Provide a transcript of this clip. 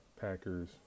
Packers